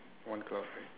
one cloud right